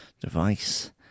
device